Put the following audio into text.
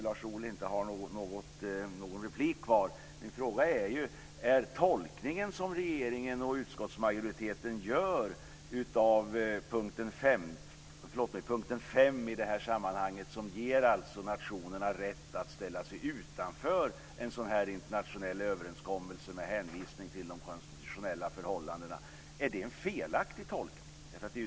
Lars Ohly har ingen replikrätt, men min fråga är om den tolkning som regeringen och utskottsmajoriteten gör av punkt 5, som ger nationerna rätt att ställa sig utanför en internationell överenskommelse med hänvisning till de konstitutionella förhållandena, är en felaktig tolkning.